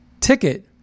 ticket